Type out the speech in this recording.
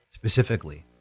specifically